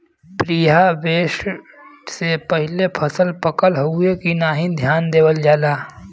preharvest से पहिले फसल पकल हउवे की नाही ध्यान देवल जाला